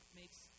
makes